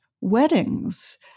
weddings